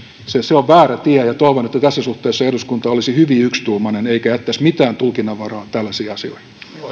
se se on väärä tie ja toivon että tässä suhteessa eduskunta olisi hyvin yksituumainen eikä jättäisi mitään tulkinnanvaraa tällaisiin asioihin